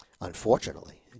unfortunately